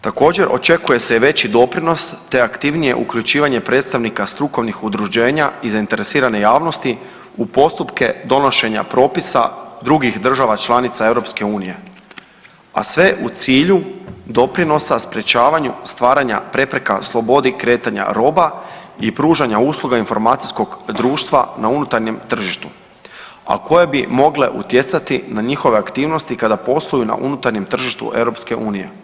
Također, očekuje se i veći doprinos te aktivnije uključivanje predstavnika strukovnih udruženja i zainteresirane javnosti u postupke donošenja propisa drugih država članica EU, a sve u cilju doprinosa sprječavanju stvaranja prepreka slobodi kretanja roba i pružanja usluga informacijskog društva na unutarnjem tržištu, a koje bi mogle utjecati na njihove aktivnosti kada posluju na unutarnjem tržištu EU.